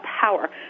power